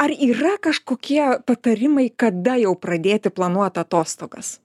ar yra kažkokie patarimai kada jau pradėti planuot atostogas